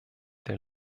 der